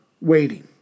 waiting